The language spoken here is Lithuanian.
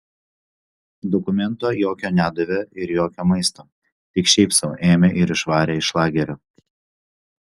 dokumento jokio nedavė ir jokio maisto tik šiaip sau ėmė ir išvarė iš lagerio